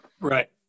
Right